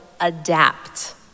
adapt